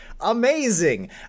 amazing